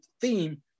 theme